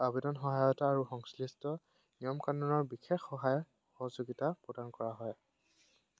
আবেদন সহায়তা আৰু সংশ্লিষ্ট নিয়ম কানুনৰ বিশেষ সহায় সহযোগিতা প্ৰদান কৰা হয়